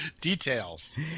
details